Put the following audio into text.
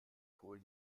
kohl